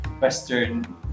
Western